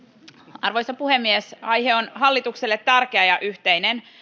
arvoisa puhemies aihe on hallitukselle tärkeä ja yhteinen